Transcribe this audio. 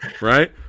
right